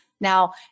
Now